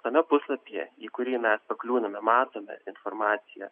tame puslapyje į kurį mes pakliūname matome informaciją